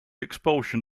expulsion